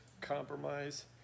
compromise